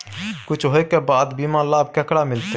कुछ होय के बाद बीमा लाभ केकरा मिलते?